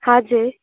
हजुर